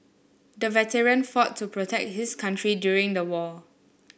the veteran fought to protect his country during the war